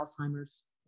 Alzheimer's